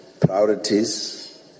priorities